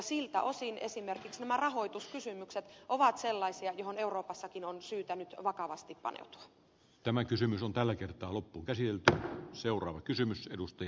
siltä osin esimerkiksi rahoituskysymykset ovat sellaisia joihin euroopassakin on syytä nyt tämä kysymys on tällä kertaa loppukesiltä seuraava vakavasti paneutua